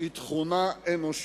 היא תכונה אנושית,